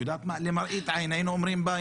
היינו אומרים,